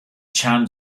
chan